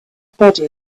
body